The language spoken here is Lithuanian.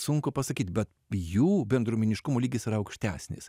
sunku pasakyt bet jų bendruomeniškumo lygis yra aukštesnis